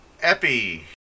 Epi